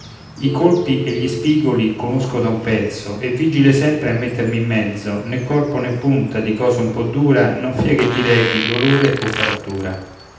i colpi e gli spigoli conosco da un pezzo e vigile sempre a mettermi in mezzo né corpo né punta di cosa un po dura non fia che ti rechi dolore o frattura